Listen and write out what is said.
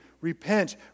Repent